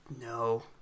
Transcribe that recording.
No